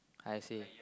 I see